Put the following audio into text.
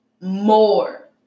more